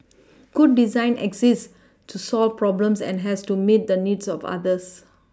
good design exists to solve problems and has to meet the needs of others